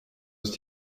ist